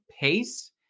pace